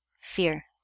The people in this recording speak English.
fear